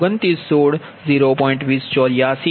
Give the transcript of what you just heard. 2084 0